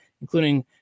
including